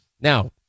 now